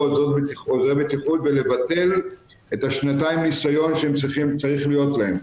עוזרי בטיחות ולבטל את השנתיים ניסיון שצריך להיות להם.